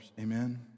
Amen